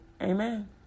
Amen